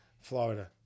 Florida